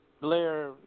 Blair